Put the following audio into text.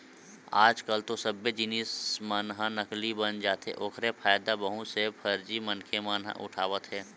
आज कल तो सब्बे जिनिस मन ह नकली बन जाथे ओखरे फायदा बहुत से फरजी मनखे मन ह उठावत हे